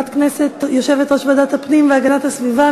התשע"ד 2014. יושבת-ראש ועדת הפנים והגנת הסביבה,